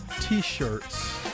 T-shirts